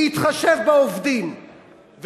להתחשב בעובדים,